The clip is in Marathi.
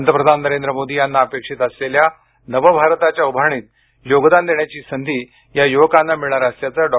पंतप्रधान नरेंद्र मोदींना अपेक्षित असलेल्या नवभारताच्या उभारणीत योगदान देण्याची संधी या युवकांना मिळाणार असल्याचं डॉ